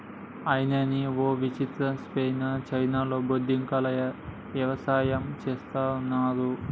అయ్యనీ ఓ విచిత్రం సెప్పనా చైనాలో బొద్దింకల యవసాయం చేస్తున్నారు